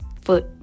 foot